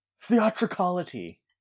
Theatricality